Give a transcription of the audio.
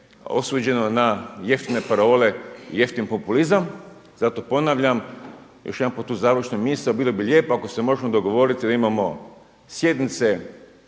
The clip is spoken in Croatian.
osuđeno na jeftine parole, jeftin populizam. Zato ponavljam još jedanput u završnoj misao, bilo bi lijepo ako se možemo dogovoriti da imamo sjednice